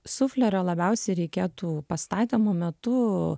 suflerio labiausiai reikėtų pastatymo metu